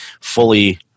fully